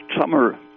summer